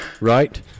Right